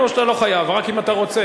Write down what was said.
או שאתה לא חייב, רק אם אתה רוצה.